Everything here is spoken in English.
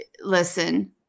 Listen